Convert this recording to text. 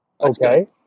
Okay